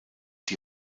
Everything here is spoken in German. die